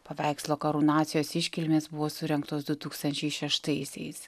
paveikslo karūnacijos iškilmės buvo surengtos du tūkstančiai šeštaisiais